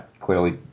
clearly